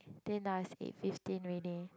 think now it's eight fifteen already